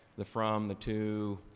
the from, the to,